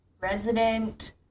resident